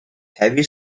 heavy